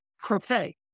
croquet